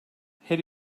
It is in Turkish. her